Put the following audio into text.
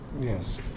Yes